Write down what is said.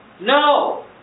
No